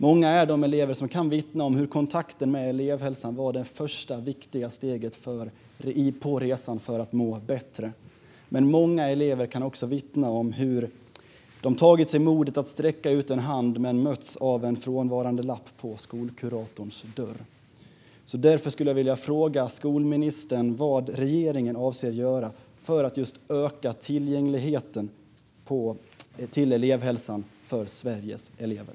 Många är de elever som kan vittna om hur kontakten med elevhälsan var det första viktiga steget på resan för att må bättre. Men många elever kan också vittna om hur de tagit sig modet att sträcka ut en hand men mötts av en frånvarandelapp på skolkuratorns dörr. Därför skulle jag vilja fråga skolministern vad regeringen avser att göra för att öka tillgängligheten till elevhälsan för Sveriges elever.